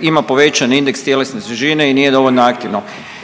ima povećan indeks tjelesne težine i nije dovoljno aktivno,